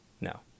No